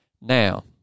Now